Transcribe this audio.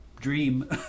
dream